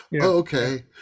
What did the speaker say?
okay